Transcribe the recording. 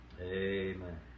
Amen